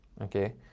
okay